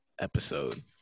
episode